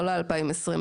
לא ל-2020,